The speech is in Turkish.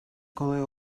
kolay